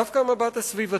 דווקא המבט הסביבתי,